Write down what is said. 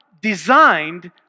designed